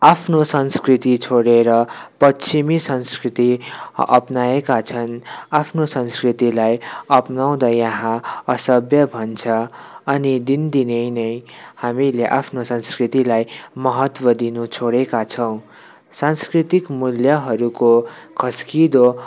आफ्नो संस्कृति छोडेर पश्चिमी संस्कृति अ अपनाएका छन् आफ्नो संस्कृतिलाई अपनाउँदा यहाँ असभ्य भन्छ अनि दिनदिनै नै हामीले आफ्नो संस्कृतिलाई महत्त्व दिनु छोडेका छौँ सांस्कृतिक मूल्यहरूको खस्किँदो